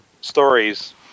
stories